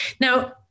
Now